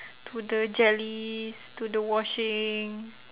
to the jellies to the washing